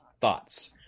thoughts